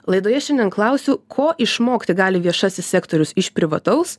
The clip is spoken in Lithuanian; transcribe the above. laidoje šiandien klausiu ko išmokti gali viešasis sektorius iš privataus